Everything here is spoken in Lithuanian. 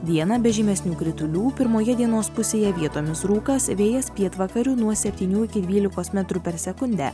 dieną be žymesnių kritulių pirmoje dienos pusėje vietomis rūkas vėjas pietvakarių nuo septynių iki dvylikos metrų per sekundę